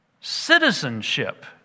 citizenship